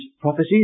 prophecies